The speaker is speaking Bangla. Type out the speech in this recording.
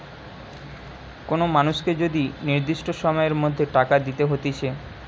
কোন মানুষকে যদি নির্দিষ্ট সময়ের মধ্যে টাকা দিতে হতিছে